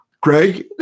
Greg